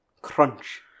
crunch